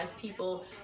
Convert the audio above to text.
people